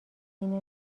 اینه